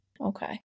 Okay